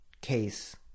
case